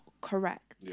correct